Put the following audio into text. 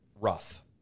Rough